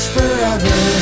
forever